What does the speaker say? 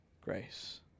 grace